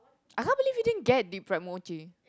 I can't believe you didn't get deep fried mochi